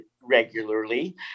regularly